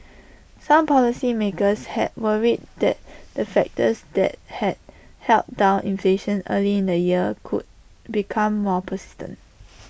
some policymakers had worried that the factors that had held down inflation early in the year could become more persistent